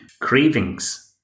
cravings